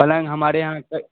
پلنگ ہمارے یہاں سر